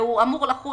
והוא אמור לחול,